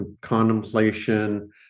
contemplation